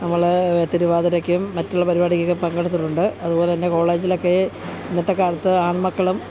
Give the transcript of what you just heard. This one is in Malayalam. നമ്മൾ തിരുവാതിരയ്ക്കും മറ്റുള്ള പരുപാടിക്കൊക്കെ പങ്കെടുത്തിട്ടുണ്ട് അതുപോലെ തന്നെ കോളേജിലൊക്കെ ഇന്നത്തെ കാലത്ത് ആണ്മക്കളും